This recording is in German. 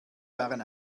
waren